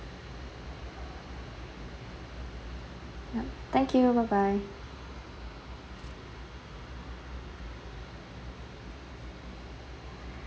yup thank you bye bye